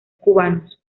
cubanos